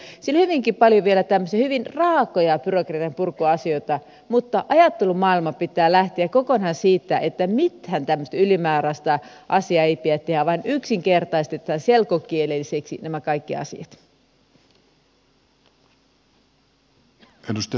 siellä on hyvinkin paljon vielä tämmöisiä hyvin raakoja byrokratianpurkuasioita mutta ajattelumaailman pitää lähteä kokonaan siitä että mitään tämmöistä ylimääräistä asiaa ei pidä tehdä vaan yksinkertaistetaan selkokielisiksi nämä kaikki asiat